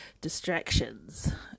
distractions